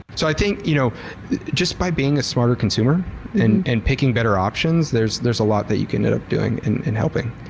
so i think you know just by being a smarter consumer and and picking better options, there's there's a lot that you can end up doing and and helping.